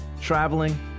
traveling